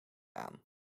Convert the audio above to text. aan